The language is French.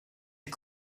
est